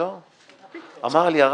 שאלתי אותו